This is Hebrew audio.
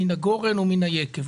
מן הגורן ומן היקב.